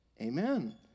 Amen